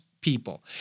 people